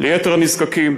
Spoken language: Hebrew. ליתר הנזקקים,